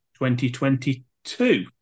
2022